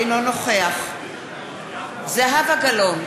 אינו נוכח זהבה גלאון,